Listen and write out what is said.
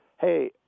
hey